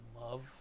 love